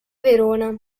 verona